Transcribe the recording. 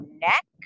neck